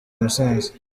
musanze